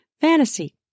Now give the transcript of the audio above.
fantasy